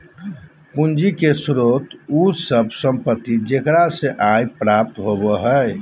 पूंजी के स्रोत उ सब संपत्ति जेकरा से आय प्राप्त होबो हइ